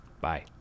Bye